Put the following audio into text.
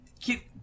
keep